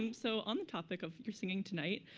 um so on the topic of your singing tonight,